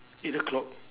eight o'clock